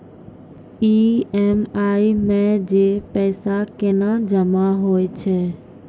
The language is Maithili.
ई.एम.आई मे जे पैसा केना जमा होय छै?